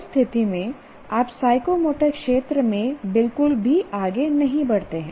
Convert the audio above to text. उस स्थिति में आप साइकोमोटर क्षेत्र में बिल्कुल भी आगे नहीं बढ़ते हैं